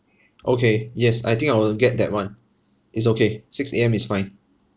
okay yes I think I will get that [one] it's okay six A_M is fine